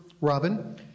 Robin